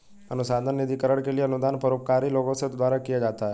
अनुसंधान निधिकरण के लिए अनुदान परोपकारी लोगों द्वारा दिया जाता है